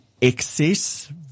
excess